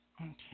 Okay